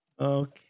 okay